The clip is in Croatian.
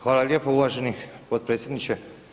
Hvala lijepa uvaženi potpredsjedniče.